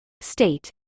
state